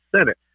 Senate